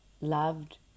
loved